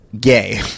Gay